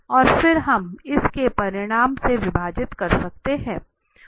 और फिर हम इस के परिमाण से विभाजित कर सकते हैं